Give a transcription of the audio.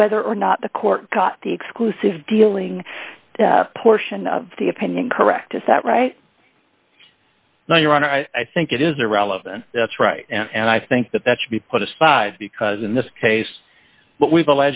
whether or not the court caught the exclusive dealing portion of the opinion correct is that right now your honor i think it is irrelevant that's right and i think that that should be put aside because in this case what we've